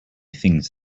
things